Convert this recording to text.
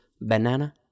Banana